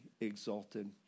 exalted